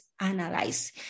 analyze